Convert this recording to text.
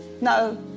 No